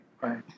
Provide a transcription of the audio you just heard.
Right